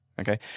Okay